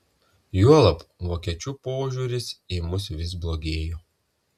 juolab vokiečių požiūris į mus vis blogėjo